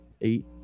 eight